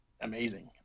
amazing